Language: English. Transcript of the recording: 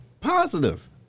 positive